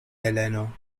heleno